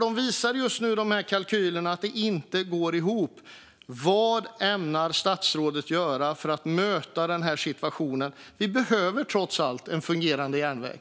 De visar nämligen just nu att det inte går ihop. Vad ämnar statsrådet göra för att möta den situationen? Vi behöver trots allt en fungerande järnväg.